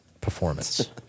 performance